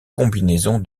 combinaison